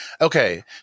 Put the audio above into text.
okay